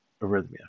arrhythmia